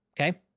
okay